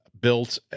built